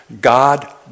God